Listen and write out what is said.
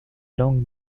langue